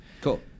Cool